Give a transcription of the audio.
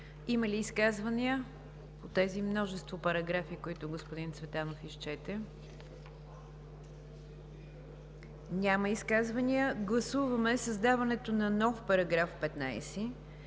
Има ли изказвания по множеството параграфи, които господин Цветанов изчете? Няма изказвания. Гласуваме създаването на нов § 15,